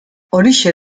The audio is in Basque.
horixe